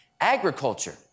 agriculture